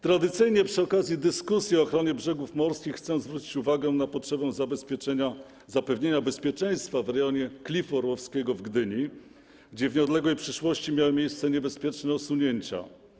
Tradycyjnie przy okazji dyskusji o ochronie brzegów morskich chcę zwrócić uwagę na potrzebę zabezpieczenia, zapewnienia bezpieczeństwa w rejonie Klifu Orłowskiego w Gdyni, gdzie w nieodległej przeszłości miały miejsce niebezpieczne osunięcia.